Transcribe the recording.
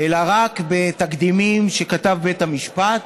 אלא רק בתקדימים שכתב בית המשפט.